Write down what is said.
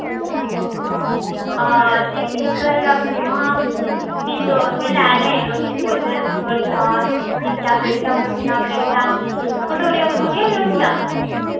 हां ते फ्ही उ'ऐ ही आक्खा दी महां फ्ही तो मैं लैने न ओह् डिस्पोजल और ग्लास निक्कियां प्लेटां बड्डियां प्लेटां कटोरियां कटुरियां बी होंदियां